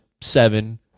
seven